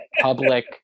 public